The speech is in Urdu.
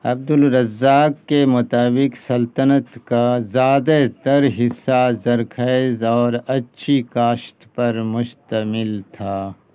عبدالرزاق کے مطابق سلطنت کا زیادہ تر حصہ زرخیز اور اچھی کاشت پر مشتمل تھا